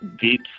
deep